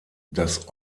das